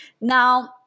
now